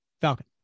falcon